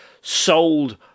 sold